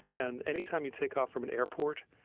and any time you take off from an airport,